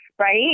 Right